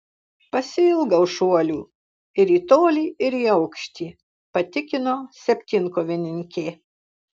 pasiilgau šuolių ir į tolį ir į aukštį patikino septynkovininkė